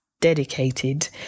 dedicated